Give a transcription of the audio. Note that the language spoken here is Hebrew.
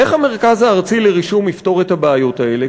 איך המרכז הארצי לרישום יפתור את הבעיות האלה?